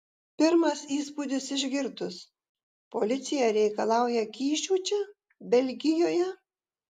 pirmas įspūdis išgirdus policija reikalauja kyšių čia belgijoje